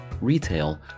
retail